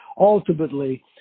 ultimately